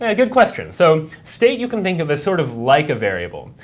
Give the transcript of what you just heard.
yeah good question. so state you can think of as sort of like a variable,